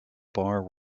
bar